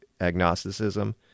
agnosticism